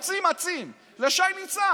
רצים-אצים לשי ניצן.